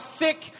thick